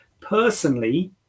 Personally